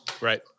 Right